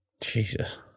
Jesus